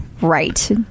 Right